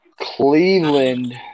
Cleveland